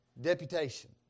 Deputation